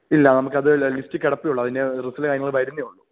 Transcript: ഇല്ല നമ്മക്കത് ലിസ്റ്റി കെടപ്പേ ഉള്ളൂ അയിന് റിസൾട്ട് കാര്യങ്ങളും വരുന്നേയുള്ളൂ